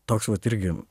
toks vat irgi